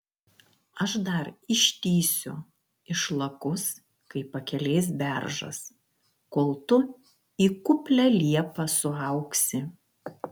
aš dar ištįsiu išlakus kaip pakelės beržas kol tu į kuplią liepą suaugsi